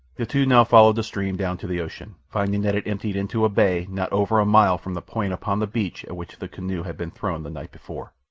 the two now followed the stream down to the ocean, finding that it emptied into a bay not over a mile from the point upon the beach at which the canoe had been thrown the night before.